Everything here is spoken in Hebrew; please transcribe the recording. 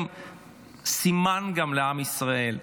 זה סימן גם לעם ישראל,